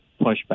pushback